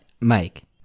mike